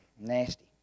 nasty